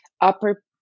upper